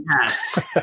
Yes